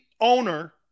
owner